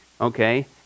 Okay